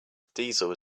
diesel